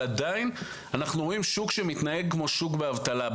אבל אנחנו עדיין רואים שוק שמתנהג כמו שוק באבטלה.